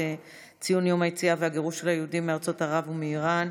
ציון יום היציאה והגירוש של היהודים מארצות ערב ומאיראן.